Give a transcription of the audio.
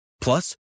Plus